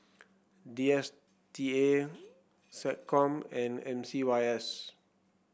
D S T A SecCom and M C Y S